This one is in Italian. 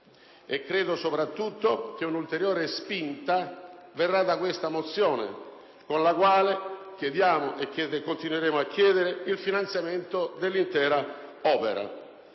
e, soprattutto, che un'ulteriore spinta verrà da questa mozione con la quale chiediamo e continueremo a chiedere il finanziamento dell'intera opera.